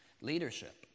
leadership